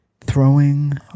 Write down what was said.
Throwing